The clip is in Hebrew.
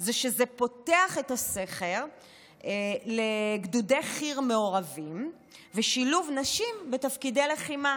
זה שזה פותח את הסכר לגדודי חי"ר מעורבים ולשילוב נשים בתפקידי לחימה.